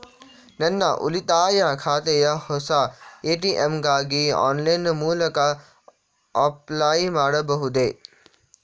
ನನ್ನ ಉಳಿತಾಯ ಖಾತೆಯ ಹೊಸ ಎ.ಟಿ.ಎಂ ಗಾಗಿ ಆನ್ಲೈನ್ ಮೂಲಕ ಅಪ್ಲೈ ಮಾಡಬಹುದೇ?